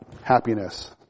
happiness